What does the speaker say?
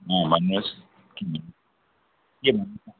अँ भन्नुहोस् के भन्नु न